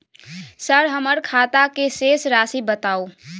Sir हमर खाता के शेस राशि बताउ?